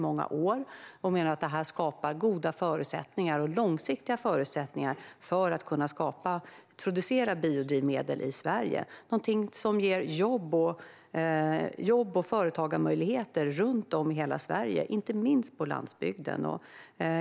Man menar att det skapar goda och långsiktiga förutsättningar för att kunna introducera biodrivmedel i Sverige. Det är något som ger jobb och företagarmöjligheter runt om i hela Sverige, inte minst på landsbygden.